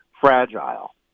fragile